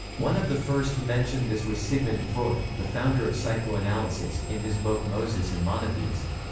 one of the first to mention this was sigmund freud, the founder of psychoanalysis, in his book moses and monotheism.